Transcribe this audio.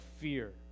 fear